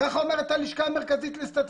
ככה אומרת הלשכה המרכזית לסטטיסטיקה.